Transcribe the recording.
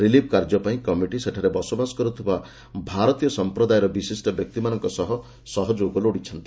relief କାର୍ଯ୍ୟ ପାଇଁ committee ସେଠାରେ ବସବାସ କରୁଥିବା ଭାରତୀୟ ସଂପ୍ରଦାୟର ବିଶିଷ୍ଟ ବ୍ୟକ୍ତିମାନଙ୍କ ସହଯୋଗ ଲୋଡ଼ିଛନ୍ତି